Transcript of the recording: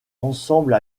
ensemble